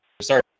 sorry